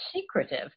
secretive